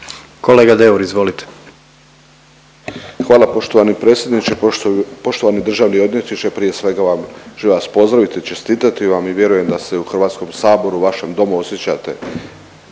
**Deur, Ante (HDZ)** Hvala poštovani predsjedniče. Poštovani državni odvjetniče prije svega vam, ću vas pozdraviti i čestitati vam i vjerujem da se u Hrvatskom saboru vašem domu osjećate